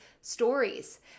stories